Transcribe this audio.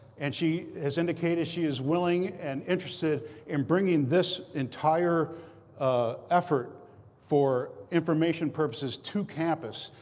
and she has indicated she is willing and interested in bringing this entire ah effort for information purposes to campus,